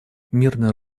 мирное